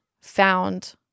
found